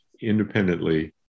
independently